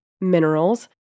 minerals